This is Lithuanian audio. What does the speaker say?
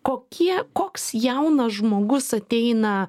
kokie koks jaunas žmogus ateina